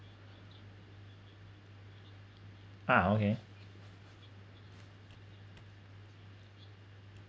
ah okay